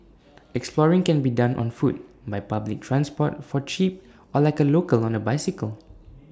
exploring can be done on foot by public transport for cheap or like A local on A bicycle